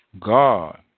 God